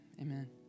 amen